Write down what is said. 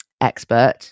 expert